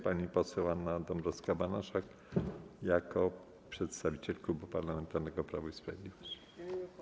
Pani poseł Anna Dąbrowska-Banaszek jako przedstawiciel Klubu Parlamentarnego Prawo i Sprawiedliwość.